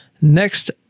next